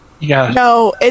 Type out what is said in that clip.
No